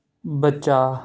ਬਚਾਅ